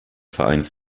vereins